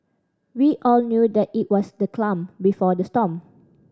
we all knew that it was the clam before the storm